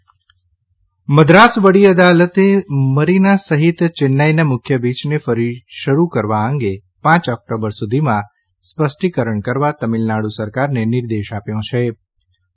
વડી અદાલત મદ્રાસ વડી અદાલતે મરીના સહિત ચેન્નાઇના મુખ્ય બીચને ફરી શરૂ કરવા અંગે પાંચ ઓક્ટોબર સુધીમાં સ્પષ્ટીકરણ કરવા તમિલનાડુ સરકારને નિર્દશ આપ્યો છઠે